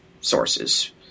sources